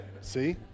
see